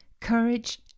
courage